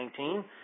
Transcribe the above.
2019